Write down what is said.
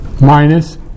minus